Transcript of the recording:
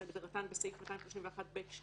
כהגדרתן בסעיף 231(ב)(2)(ד)